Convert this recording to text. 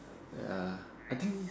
ya I think